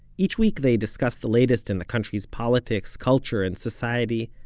each week they discuss the latest in the country's politics, culture and society,